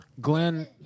Glenn